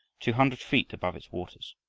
two hundred feet above its waters.